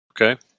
okay